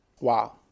Wow